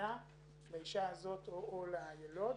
סכנה לאישה הזאת או לילוד.